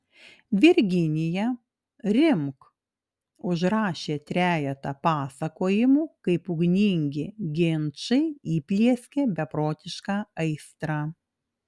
virginija rimk užrašė trejetą pasakojimų kaip ugningi ginčai įplieskė beprotišką aistrą